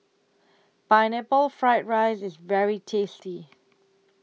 Pineapple Fried Rice IS very tasty